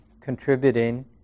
contributing